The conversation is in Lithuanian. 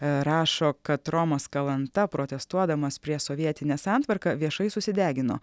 rašo kad romas kalanta protestuodamas prieš sovietinę santvarką viešai susidegino